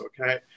Okay